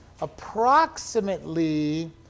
approximately